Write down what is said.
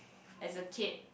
as a kid